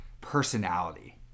personality